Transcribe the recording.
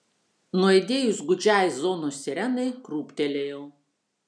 nuaidėjus gūdžiai zonos sirenai krūptelėjau